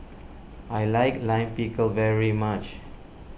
I like Lime Pickle very much